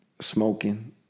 smoking